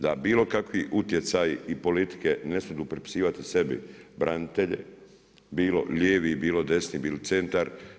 Da bilo kakav utjecaj i politike ne smidu pripisivati sebi branitelj bilo lijevi, bilo desni, bili centar.